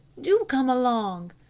do come along,